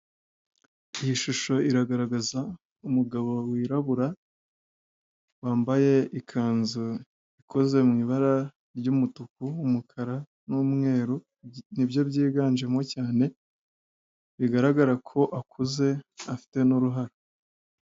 Iyi shusho iragaragaza umugabo wirabura wambaye ikanzu ikoze mu ibara ry'umutuku umukara n'umweru, nibyo byiganjemo cyane bigaragara ko akuze afite n'uruhara.